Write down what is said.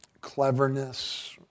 cleverness